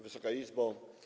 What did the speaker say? Wysoka Izbo!